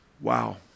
Wow